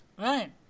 Right